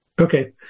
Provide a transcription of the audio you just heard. Okay